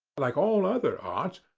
like all other arts,